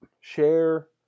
share